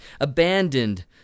abandoned